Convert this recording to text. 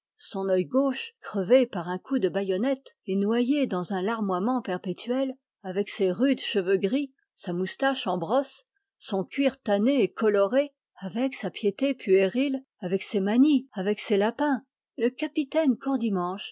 son œil gauche crevé par un coup de baïonnette et noyé dans un larmoiement perpétuel avec ses rudes cheveux gris sa moustache en brosse son cuir tanné et coloré avec sa piété puérile avec ses manies avec ses lapins le capitaine courdimanche